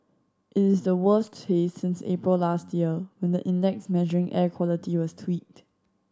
it is the worst haze since April last year when the index measuring air quality was tweaked